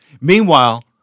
meanwhile